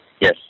Yes